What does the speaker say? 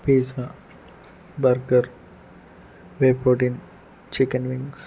pizza burger whey protein chicken wings